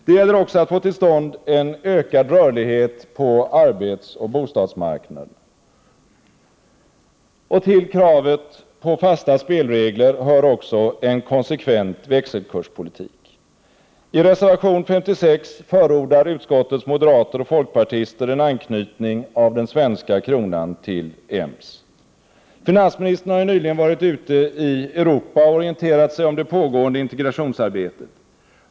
Det gäller också att få till stånd en ökad rörlighet på arbetsoch bostadsmarknaderna. Till kravet på fasta spelregler hör också en konsekvent växelkurspolitik. I reservation 56 förordar utskottets moderater och folkpartister en anknytning av den svenska kronan till EMS. Finansministern har ju nyligen varit ute i Europa och orienterat sig om det pågående integrationsarbetet.